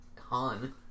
Han